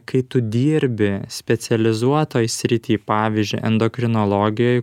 kai tu dirbi specializuotoj srity pavyzdžiui endokrinologijoj